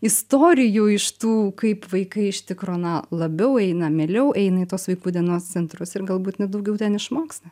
istorijų iš tų kaip vaikai iš tikro na labiau eina mieliau eina į tuos vaikų dienos centrus ir galbūt net daugiau ten išmoksta